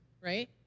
right